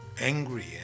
angry